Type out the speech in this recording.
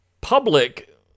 public